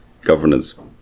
governance